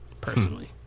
personally